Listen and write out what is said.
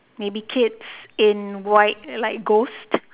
maybe kids in white like ghosts